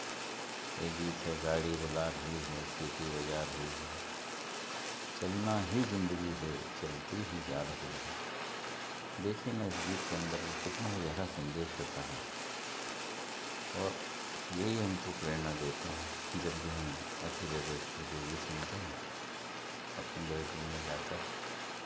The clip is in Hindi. एक गीत है गाड़ी बुला रही है सीटी बजा रही है चलना ही ज़िन्दगी हे चलती ही जा रही है देखिए ना इस गीत के अन्दर कितना गहरा संदेश छिपा है और यही हमको प्रेरणा देते हैं जब भी हम अकेले बैठकर के गीत सुनते हैं अपने बेडरूम में जाकर